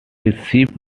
received